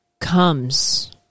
comes